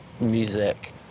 music